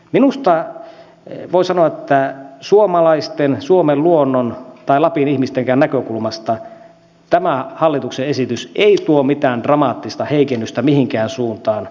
minusta voi sanoa että suomalaisten suomen luonnon tai lapin ihmistenkään näkökulmasta tämä hallituksen esitys ei tuo mitään dramaattista heikennystä mihinkään suuntaan